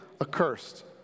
accursed